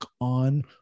on